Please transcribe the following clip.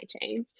change